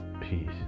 peace